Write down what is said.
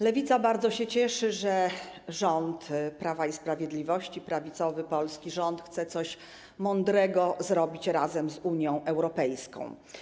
Lewica bardzo się cieszy, że rząd Prawa i Sprawiedliwości, prawicowy polski rząd chce coś mądrego zrobić razem z Unią Europejską.